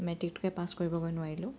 মেট্ৰিকটোকে pass কৰিব গৈ নোৱাৰিলোঁ